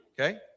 okay